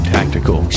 Tactical